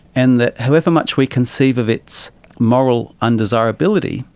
and that however much we conceive of its moral undesirability,